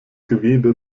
gewebe